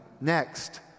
next